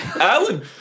Alan